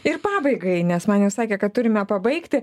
ir pabaigai nes man jau sakė kad turime pabaigti